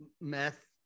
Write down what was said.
meth